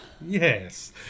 Yes